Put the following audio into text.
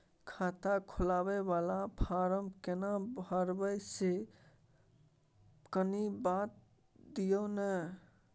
खाता खोलैबय वाला फारम केना भरबै से कनी बात दिय न?